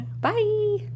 Bye